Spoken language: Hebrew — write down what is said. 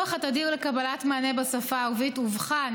הצורך התדיר בקבלת מענה בשפה הערבית אובחן